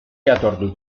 jatordu